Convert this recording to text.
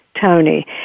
Tony